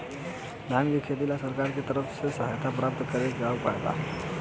धान के खेती ला सरकार के तरफ से सहायता प्राप्त करें के का उपाय बा?